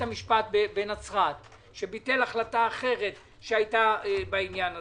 המשפט בנצרת שביטל החלטה אחרת בעניין הזה.